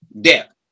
depth